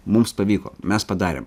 mums pavyko mes padarėm